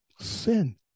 Sin